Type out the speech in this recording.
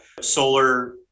Solar